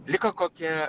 liko kokie